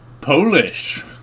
Polish